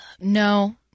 No